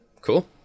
Cool